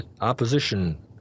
opposition